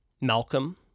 Malcolm